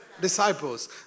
Disciples